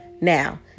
now